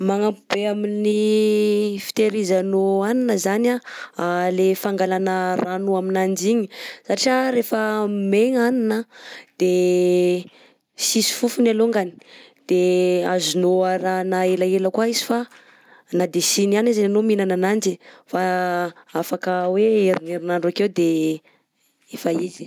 Magnampy be amin'ny fitehirizanao hanina zany le fangalana rano aminanjy igny satria rehefa megna hanina a de tsisy fofony alongany de azonao arahana elaela koà izy fa na de tsy niany aza anao miinana ananjy fa afaka hoe heriny herinandro akeo de efa izy.